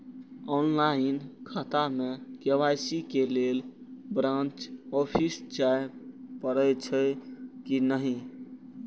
Online खाता में KYC के लेल ब्रांच ऑफिस जाय परेछै कि नहिं?